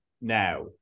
now